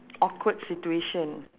awkward situation